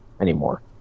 anymore